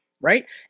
Right